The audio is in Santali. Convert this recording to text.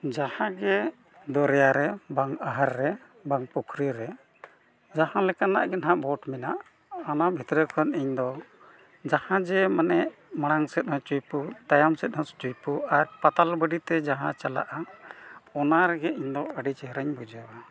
ᱡᱟᱦᱟᱸ ᱜᱮ ᱫᱚᱨᱭᱟ ᱨᱮ ᱵᱟᱝ ᱟᱦᱟᱨ ᱨᱮ ᱵᱟᱝ ᱯᱩᱠᱷᱨᱤ ᱨᱮ ᱡᱟᱦᱟᱸ ᱞᱮᱠᱟᱱᱟᱜ ᱜᱮ ᱱᱟᱦᱟᱸᱜ ᱵᱷᱳᱴ ᱢᱮᱱᱟᱜᱼᱟ ᱚᱱᱟ ᱵᱷᱤᱛᱨᱤ ᱠᱷᱚᱱ ᱤᱧ ᱫᱚ ᱡᱟᱦᱟᱸ ᱡᱮ ᱢᱟᱱᱮ ᱢᱟᱲᱟᱝ ᱥᱮᱫ ᱦᱚᱸ ᱪᱩᱭᱯᱩ ᱛᱟᱭᱚᱢ ᱛᱟᱭᱚᱢ ᱥᱮᱫ ᱦᱚᱸ ᱪᱩᱭᱯᱩ ᱟᱨ ᱯᱟᱛᱟᱞ ᱵᱟᱹᱰᱤ ᱛᱮ ᱡᱟᱦᱟᱸ ᱪᱟᱞᱟᱜᱼᱟ ᱚᱱᱟ ᱨᱮᱜᱮ ᱤᱧ ᱫᱚ ᱟᱹᱰᱤ ᱪᱮᱦᱨᱟᱧ ᱵᱩᱡᱷᱟᱹᱣᱟ